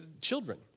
Children